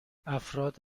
افراد